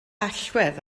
allwedd